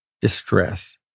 Distress